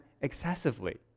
excessively